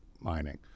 mining